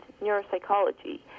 neuropsychology